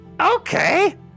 Okay